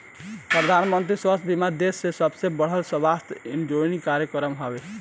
प्रधानमंत्री स्वास्थ्य बीमा देश के सबसे बड़का स्वास्थ्य इंश्योरेंस कार्यक्रम हवे